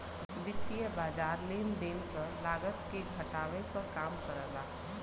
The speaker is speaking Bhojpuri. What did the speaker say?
वित्तीय बाज़ार लेन देन क लागत के घटावे क काम करला